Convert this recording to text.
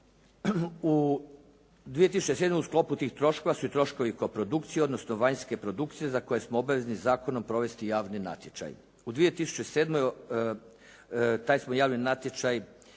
U 2007. u sklopu tih troškova su i troškovi koprodukcije, odnosno vanjske produkcije za koje smo obvezni zakonom provesti javni natječaj. U 2007. taj smo javni natječaj